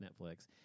Netflix